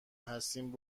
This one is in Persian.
هستیم